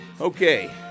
Okay